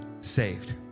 saved